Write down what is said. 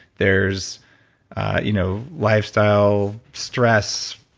there's you know lifestyle stress,